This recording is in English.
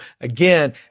again